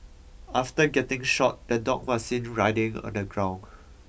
after getting shot the dog was seen writhing on the ground